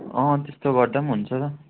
अँ त्यस्तो गर्दा पनि हुन्छ